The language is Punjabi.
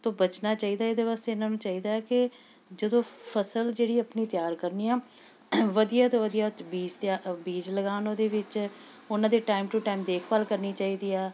ਤੋਂ ਬਚਣਾ ਚਾਹੀਦਾ ਇਹਦੇ ਵਾਸਤੇ ਇਹਨਾਂ ਨੂੰ ਚਾਹੀਦਾ ਕਿ ਜਦੋਂ ਫ਼ਸਲ ਜਿਹੜੀ ਆਪਣੀ ਤਿਆਰ ਕਰਨੀ ਆ ਵਧੀਆ ਤੋਂ ਵਧੀਆ ਉਹ 'ਚ ਬੀਜ ਤਿਆਰ ਬੀਜ ਲਗਾਉਣ ਉਹਦੇ ਵਿੱਚ ਉਹਨਾਂ ਦੇ ਟਾਈਮ ਟੂ ਟਾਈਮ ਦੇਖਭਾਲ ਕਰਨੀ ਚਾਹੀਦੀ ਆ